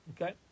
okay